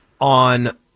on